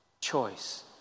choice